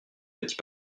petit